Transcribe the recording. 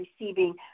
receiving